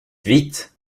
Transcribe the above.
vite